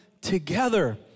together